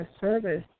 service